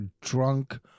drunk